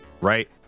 right